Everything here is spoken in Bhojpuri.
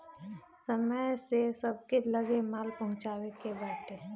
समय से सबके लगे माल पहुँचावे के बाटे